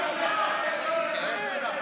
כי אתה מחלל שם השם, אתה מחלל את שם ה'.